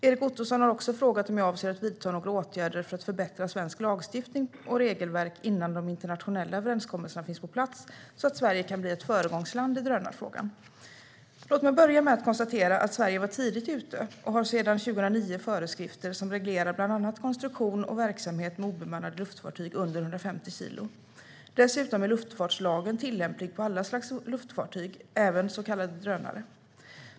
Erik Ottoson har också frågat om jag avser att vidta några åtgärder för att förbättra svensk lagstiftning och regelverk innan de internationella överenskommelserna finns på plats så att Sverige kan bli ett föregångsland i drönarfrågan. Svar på interpellationer Låt mig börja med att konstatera att Sverige tidigt var ute och sedan 2009 har föreskrifter som reglerar bland annat konstruktion och verksamhet med obemannade luftfartyg under 150 kilo. Dessutom är luftfartslagen tillämplig på alla slags luftfartyg, även så kallade drönare.